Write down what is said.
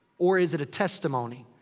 or is it a testimony?